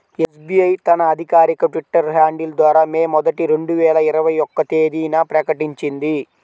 SBI తన అధికారిక Twitter handle ద్వారా మే మొదటి, రెండు వేల ఇరవై ఒక్క తేదీన ప్రకటించింది